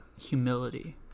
humility